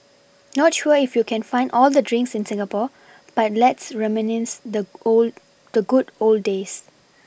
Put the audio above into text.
not sure if you can find all these drinks in Singapore but let's reminisce the old the good old days